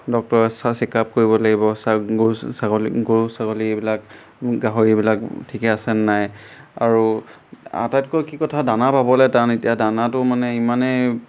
ডক্টৰে check up কৰিব লাগিব গৰু ছাগলী গৰু ছাগলী এইবিলাক গাহৰিবিলাক ঠিকে আছেনে নাই আৰু আটাইতকৈ কি কথা দানা পাবলৈ টান এতিয়া দানাটো মানে ইমানেই